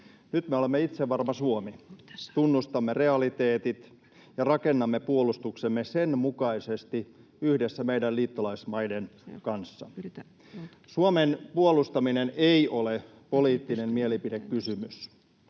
Nyt me olemme itsevarma Suomi. Tunnustamme realiteetit ja rakennamme puolustuksemme sen mukaisesti yhdessä meidän liittolaismaiden kanssa. Suomen puolustaminen ei ole poliittinen mielipidekysymys.